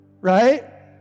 right